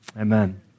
Amen